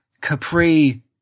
Capri